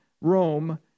Rome